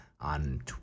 on